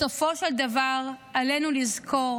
בסופו של דבר, עלינו לזכור